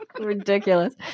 Ridiculous